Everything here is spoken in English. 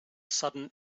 sudden